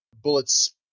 bullets